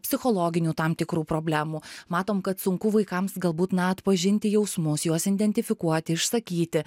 psichologinių tam tikrų problemų matom kad sunku vaikams galbūt na atpažinti jausmus juos identifikuoti išsakyti